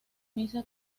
misa